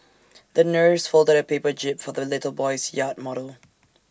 the nurse folded A paper jib for the little boy's yacht model